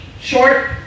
Short